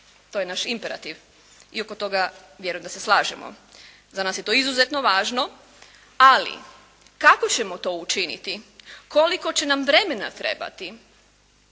To je naš imperativ. I oko toga vjerujem da se slažemo. Za nas je to izuzetno važno. Ali kako ćemo to učiniti, koliko će nam vremena trebati